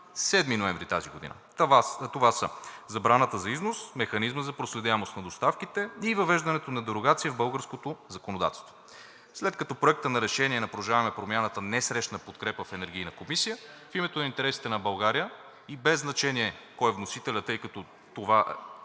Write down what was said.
7 ноември тази година. Това са забраната за износ, механизмът за проследяемост на доставките и въвеждането на дерогация в българското законодателство. След като Проектът на решение на „Продължаваме Промяната“ не срещна подкрепа в Енергийната комисия, в името на интересите на България и без значение кой е вносителят, тъй като това е